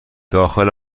داخل